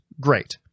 great